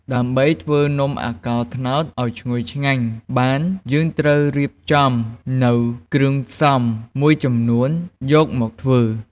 ដើម្បីធ្វើនំអាកោរត្នោតដ៏ឈ្ងុយឆ្ងាញ់បាន យើងត្រូវរៀបចំនូវគ្រឿងផ្សំមួយចំនួនយកមកធ្វើ។